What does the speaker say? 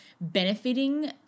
benefiting